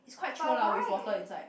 but why